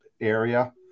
area